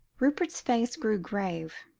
rupert's face grew grave.